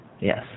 Yes